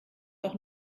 auch